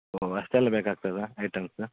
ಓ ಅಷ್ಟೆಲ್ಲ ಬೇಕಾಗ್ತದಾ ಐಟಮ್ಸ್